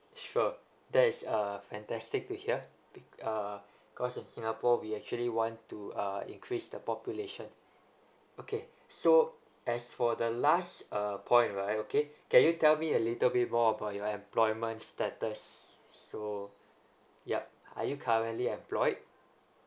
sure there is uh fantastic to hear be~ uh because in singapore we actually want to uh increase the population okay so as for the last uh point right okay can you tell me a little bit more about your employment status so yup are you currently employed